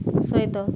ସହିତ